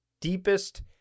deepest